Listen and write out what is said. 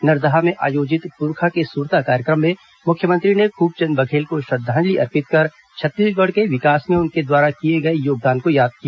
नरदहा में आयोजित पुरखा के सुरता कार्यक्रम में मुख्यमंत्री ने खूबचंद बघेल को श्रद्धांजलि अर्पित कर छत्तीसगढ़ के विकास में उनके द्वारा दिए गए योगदान को याद किया